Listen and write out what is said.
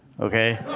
okay